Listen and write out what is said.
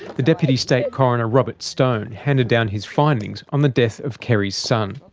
the deputy state coroner robert stone handed down his findings on the death of kerrie's son,